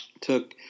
took